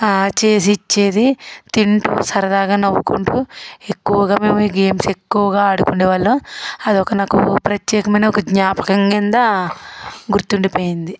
చేసిచ్చేది తింటూ సరదాగా నవ్వుకుంటూ ఎక్కువగా మేము ఈ గేమ్స్ ఎక్కువగా ఆడుకుండేవాళ్ళం అదొక నాకు ప్రత్యేకమైన ఒక జ్ఞాపకం కింద గుర్తుండిపోయింది